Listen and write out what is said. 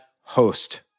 host